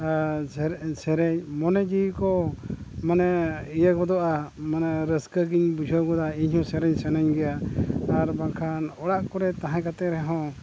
ᱟᱨ ᱥᱮᱨᱮᱧ ᱢᱚᱱᱮ ᱡᱤᱣᱤ ᱠᱚ ᱢᱟᱱᱮ ᱤᱭᱟᱹ ᱜᱚᱫᱚᱜᱼᱟ ᱢᱟᱱᱮ ᱨᱟᱹᱥᱠᱟᱹ ᱜᱤᱧ ᱵᱩᱡᱷᱟᱹᱣ ᱜᱚᱫᱟ ᱤᱧᱦᱚᱸ ᱥᱮᱨᱮᱧ ᱥᱟᱱᱟᱧ ᱜᱮᱭᱟ ᱟᱨ ᱵᱟᱝᱠᱷᱟᱱ ᱚᱲᱟᱜ ᱠᱚᱨᱮᱫ ᱛᱟᱦᱮᱸ ᱠᱟᱛᱮᱫ ᱨᱮᱦᱚᱸ